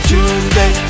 Tuesday